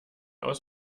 aus